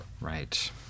Right